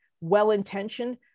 well-intentioned